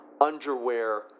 underwear